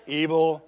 evil